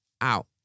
out